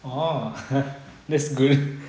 oh that's good